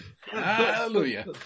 Hallelujah